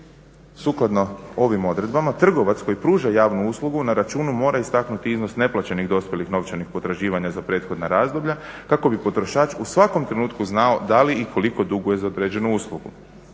Sukladno ovim odredbama trgovac koji pruža javnu uslugu na računu mora istaknuti iznos neplaćenih dospjelih novčanih potraživanja za prethodna razdoblja kako bi potrošač u svakom trenutku znao da li i koliko duguje za određenu uslugu.